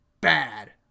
bad